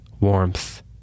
warmth